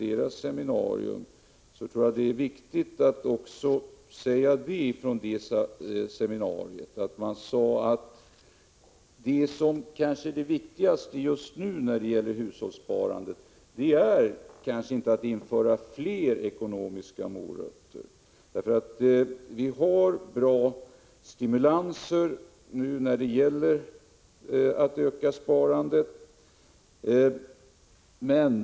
Jag tror det är viktigt att påpeka att delegationen framhållit att det viktigaste just nu när det gäller hushållssparandet inte är att införa fler ekonomiska morötter. Vi har bra stimulanser för sparandet nu.